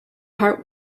heart